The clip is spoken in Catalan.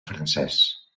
francès